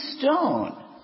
stone